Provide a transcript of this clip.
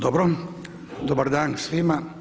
Dobro, dobar dan svima.